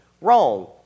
wrong